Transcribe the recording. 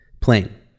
plane